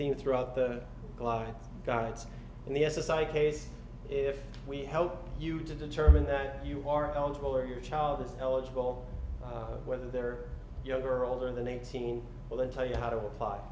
theme throughout the life guards and the s s i case if we help you to determine that you are eligible or your child is eligible whether they're younger or older than eighteen well they tell you how to apply